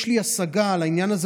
יש לי השגה על העניין הזה,